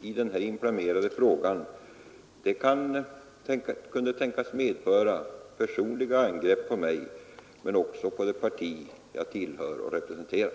i denna inflammerade fråga kunde tänkas medföra personliga angrepp på mig men också på det parti jag tillhör och representerar.